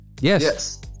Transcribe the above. yes